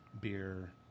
beer